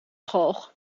galg